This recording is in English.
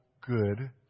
good